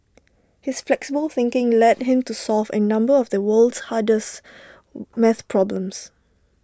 his flexible thinking led him to solve A number of the world's hardest math problems